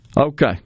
okay